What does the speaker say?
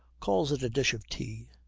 calls it a dish of tea,